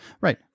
Right